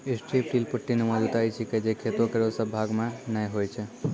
strip till पट्टीनुमा जुताई छिकै जे खेतो केरो सब भाग म नै होय छै